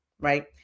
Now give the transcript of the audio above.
right